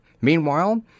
Meanwhile—